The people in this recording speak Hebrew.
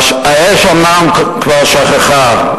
האש אומנם כבר שככה,